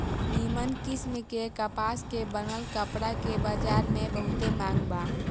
निमन किस्म के कपास से बनल कपड़ा के बजार में बहुते मांग बा